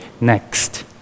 next